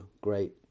great